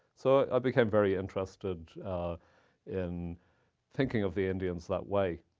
so i became very interested in thinking of the indians that way.